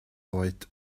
oed